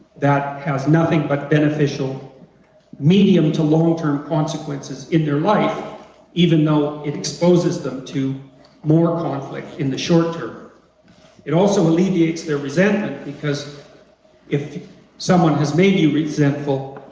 that has nothing but beneficial medium-to-long-term consequences in their life even though it exposes them to more conflict in the short-term it also alleviates their resentment, because if someone has made you resentful